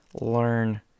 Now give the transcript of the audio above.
learn